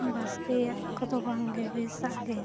ᱵᱟᱥᱮᱭᱟᱜ ᱠᱚᱫᱚ ᱵᱟᱝᱜᱮ ᱵᱮᱥᱟᱜ ᱜᱮ